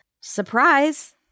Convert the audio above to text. Surprise